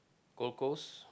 Gold Coast